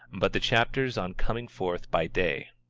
but the chapters on coming forth by day.